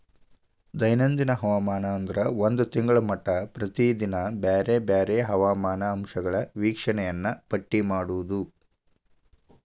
ದೈನಂದಿನ ಹವಾಮಾನ ಅಂದ್ರ ಒಂದ ತಿಂಗಳ ಮಟಾ ಪ್ರತಿದಿನಾ ಬ್ಯಾರೆ ಬ್ಯಾರೆ ಹವಾಮಾನ ಅಂಶಗಳ ವೇಕ್ಷಣೆಯನ್ನಾ ಪಟ್ಟಿ ಮಾಡುದ